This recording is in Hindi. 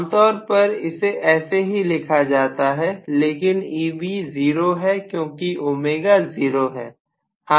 आमतौर पर इसे ऐसे ही लिखा जाता है लेकिन Eb 0 है क्योंकि ω 0 है